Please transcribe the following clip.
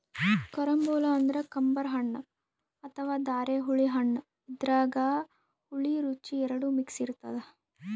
carambola ಅಂದ್ರ ಕಂಬರ್ ಹಣ್ಣ್ ಅಥವಾ ಧಾರೆಹುಳಿ ಹಣ್ಣ್ ಇದ್ರಾಗ್ ಹುಳಿ ರುಚಿ ಎರಡು ಮಿಕ್ಸ್ ಇರ್ತದ್